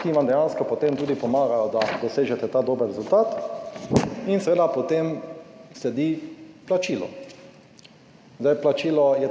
ki vam dejansko potem tudi pomagajo, da dosežete ta dober rezultat. In seveda potem sledi plačilo. Plačilo je